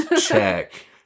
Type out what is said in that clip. check